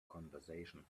conversation